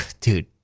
dude